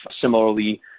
Similarly